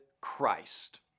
Christ